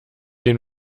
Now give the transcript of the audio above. den